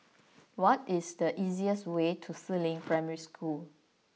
what is the easiest way to Si Ling Primary School